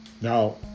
Now